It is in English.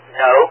no